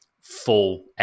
full